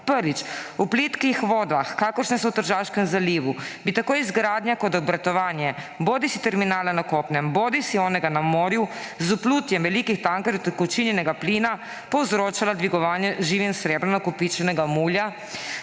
Prvič, v plitkih vodah, kakršne so v Tržaškem zalivu, bi tako izgradnja kot obratovanje bodisi terminala na kopnem bodisi tistega na morju z vplutjem velikih tankerjev utekočinjenega plina povzročalo dvigovanje z živim srebrom nakopičenega mulja